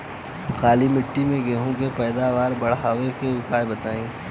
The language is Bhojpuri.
काली मिट्टी में गेहूँ के पैदावार बढ़ावे के उपाय बताई?